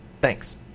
Thanks